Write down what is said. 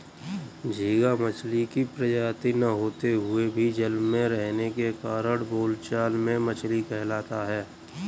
झींगा मछली की प्रजाति न होते हुए भी जल में रहने के कारण बोलचाल में मछली कहलाता है